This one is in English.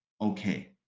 okay